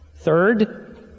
Third